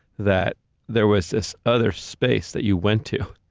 that there was this other space that you went to,